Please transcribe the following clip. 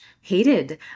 hated